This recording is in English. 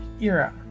era